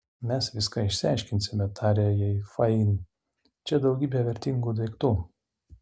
mes viską išsiaiškinsime tarė jai fain čia daugybė vertingų daiktų